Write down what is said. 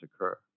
occur